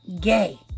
Gay